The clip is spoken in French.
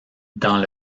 dans